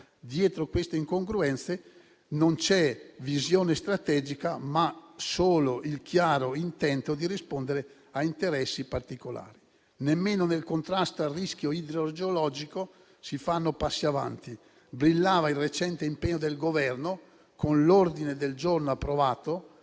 Dietro questo incongruenze non c'è una visione strategica, ma solo il chiaro intento di rispondere a interessi particolari. Nemmeno nel contrasto al rischio idrogeologico si fanno passi avanti. Brillava il recente impegno del Governo, con l'ordine del giorno approvato,